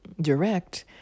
direct